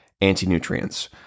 anti-nutrients